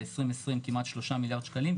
ב-2020 כמעט שלושה מיליארד שקלים,